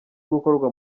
gukorwa